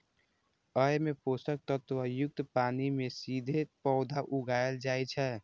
अय मे पोषक तत्व युक्त पानि मे सीधे पौधा उगाएल जाइ छै